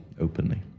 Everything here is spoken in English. openly